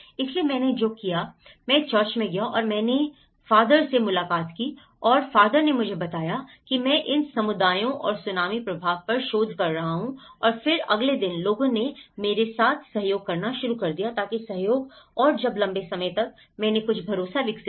इसलिए मैंने जो किया मैं चर्च में गया और मैंने पिता से मुलाकात की और पिता ने मुझे बताया कि मैं इन समुदायों और सूनामी प्रभाव पर शोध कर रहा हूं और फिर अगले दिन लोगों ने मेरे साथ सहयोग करना शुरू कर दिया ताकि सहयोग और जब लंबे समय तक मैंने कुछ भरोसा विकसित किया